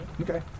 Okay